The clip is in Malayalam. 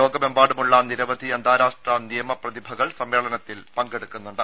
ലോകമെമ്പാടുമുള്ള നിരവധി അന്താരാഷ്ട നിയമപ്രതിഭകൾ സമ്മേളനത്തിൽ പങ്കെടുക്കുന്നുണ്ട്